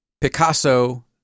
Picasso